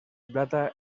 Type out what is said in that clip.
plata